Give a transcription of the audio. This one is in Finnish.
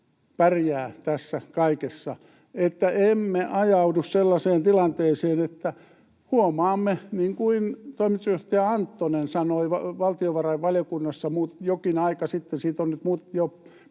pärjäävät tässä kaikessa, että emme ajaudu sellaiseen tilanteeseen, että huomaamme niin kuin toimitusjohtaja Anttonen sanoi valtiovarainvaliokunnassa jokin aika sitten —siitä on nyt jo pari